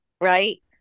right